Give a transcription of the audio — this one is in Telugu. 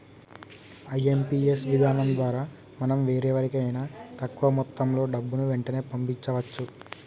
ఐ.ఎం.పీ.యస్ విధానం ద్వారా మనం వేరెవరికైనా తక్కువ మొత్తంలో డబ్బుని వెంటనే పంపించవచ్చు